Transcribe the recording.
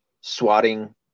swatting